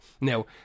Now